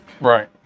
Right